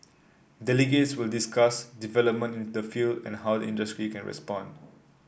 delegates will discuss development in the field and how the industry can respond